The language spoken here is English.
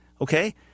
okay